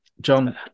John